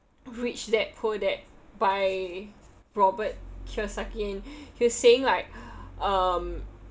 rich dad poor dad by robert kiyosaki and he was saying like um